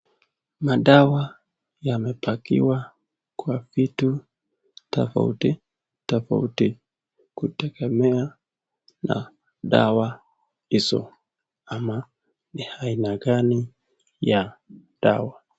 Madawa yamepakiwa kwa vitu tofauti tofauti kutegemea na dawa hizo ama ni aina gani ya dawa.